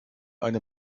eine